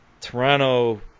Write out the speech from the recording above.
Toronto